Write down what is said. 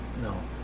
No